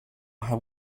have